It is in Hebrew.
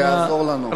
זה יעזור לנו.